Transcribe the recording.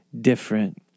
different